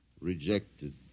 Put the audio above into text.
Rejected